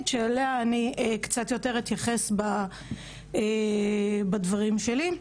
שאליה אני קצת יותר אתייחס בדברים שלי.